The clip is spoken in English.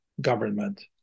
government